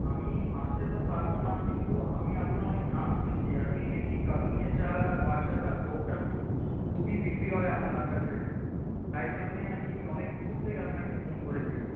আমি আসতে তো পারব না কিন্তু আমি আপনার অনেক নাম শুনেছি আপনি নাকি কালনুনিয়া চাল আর বাদশা চা ভোগটা খুব খুবই বিক্রি হয় আপনার কাছে তাই জন্যে আমি অনেক দূর থেকে আপনাকে ফোন করেছি